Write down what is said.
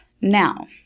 Now